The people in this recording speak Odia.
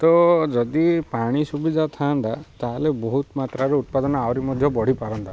ତ ଯଦି ପାଣି ସୁବିଧା ଥାଆନ୍ତା ତାହେଲେ ବହୁତ ମାତ୍ରାରେ ଉତ୍ପାଦନ ଆହୁରି ମଧ୍ୟ ବଢ଼ି ପାରନ୍ତା